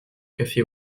café